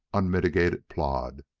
unmitigated plod.